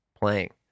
playing